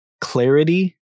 clarity